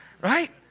Right